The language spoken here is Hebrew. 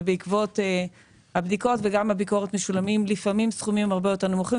ובעקבות הבדיקות וגם הביקורת משולמים לפעמים סכומים הרבה יותר נמוכים,